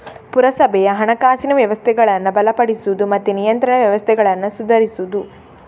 ಪುರಸಭೆಯ ಹಣಕಾಸಿನ ವ್ಯವಸ್ಥೆಗಳನ್ನ ಬಲಪಡಿಸುದು ಮತ್ತೆ ನಿಯಂತ್ರಣ ವ್ಯವಸ್ಥೆಗಳನ್ನ ಸುಧಾರಿಸುದು